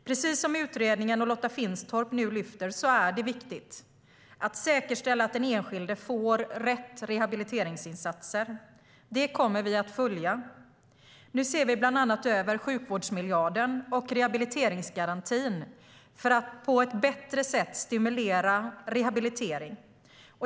Precis som utredningen och Lotta Finstorp nu lyfter fram är det viktigt att säkerställa att den enskilde får rätt rehabiliteringsinsatser. Det kommer vi att följa. Nu ser vi bland annat över sjukvårdsmiljarden och rehabiliteringsgarantin för att på ett bättre sätt stimulera rehabilitering.